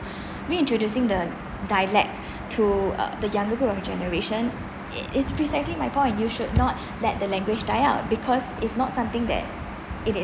reintroducing the dialect to uh the younger generation it it's precisely my point you should not let the language die out because is not something that it is